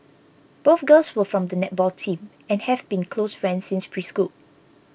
both girls were from the netball team and have been close friends since preschool